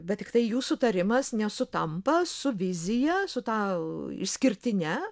bet tiktai jų sutarimas nesutampa su vizija su ta a išskirtine